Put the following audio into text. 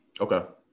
Okay